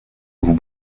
vous